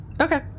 Okay